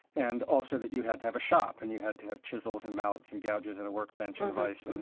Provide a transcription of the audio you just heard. and also that you had to have a shop, and you had to have chisels and mallets and gouges and a workbench and a vise,